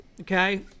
Okay